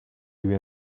lui